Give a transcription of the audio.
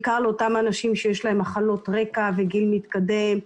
בעיקר לאותם אנשים שיש להם מחלות רקע וגיל מתקדם,